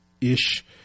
ish